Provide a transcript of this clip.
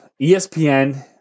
ESPN